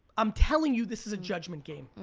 i'm telling you this is a judgment game.